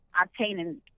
obtaining